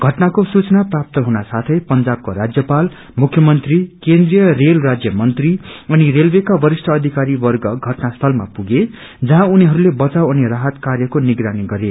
घटनाको सूचना प्राप्त हुन साथै पंजावको राज्यपाल मुख्यमंत्री केन्द्रिय रेल राज्य मंत्री अनि रेलवेका वरिष्ठ अधिकारीवर्ग घटना स्थलमा पुगे जहाँ उनीहरूले बचाव अनि राहत कार्यको निगरानी गरे